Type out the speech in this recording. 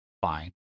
fine